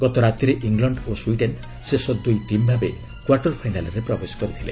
ଗତ ରାତିରେ ଇଂଲଣ୍ଡ ଓ ସ୍ପିଡେନ୍ ଶେଷ ଦୁଇ ଟିମ୍ ଭାବେ କ୍ୱାର୍ଟର୍ ଫାଇନାଲ୍ରେ ପ୍ରବେଶ କରିଛନ୍ତି